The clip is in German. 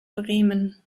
bremen